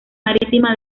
marítima